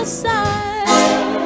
side